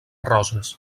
roses